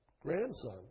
grandson